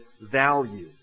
value